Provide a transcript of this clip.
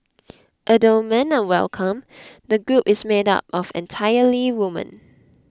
although men are welcome the group is made up of entirely women